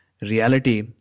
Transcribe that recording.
reality